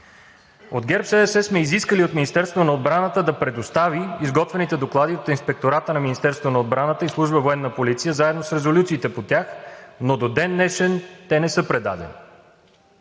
От ГЕРБ-СДС сме изискали от Министерството на отбраната да предостави изготвените доклади от Инспектората на Министерството на отбраната и Служба „Военна полиция“ заедно с резолюциите по тях, но до ден днешен те не са ни предадени.